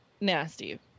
nasty